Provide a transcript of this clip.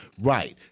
right